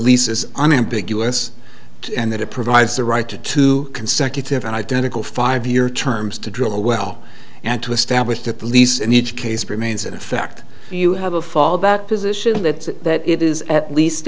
lease is unambiguous and that it provides the right to two consecutive identical five year terms to drill a well and to establish the police in each case remains in effect you have a fallback position that it is at least